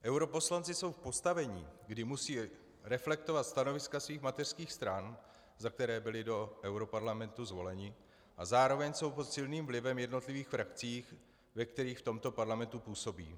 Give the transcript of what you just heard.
Europoslanci jsou v postavení, kdy musí reflektovat stanoviska svých mateřských stran, za které byli do europarlamentu zvoleni, a zároveň jsou pod silným vlivem jednotlivých frakcí, ve kterých v tomto parlamentu působí.